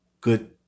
good